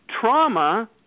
Trauma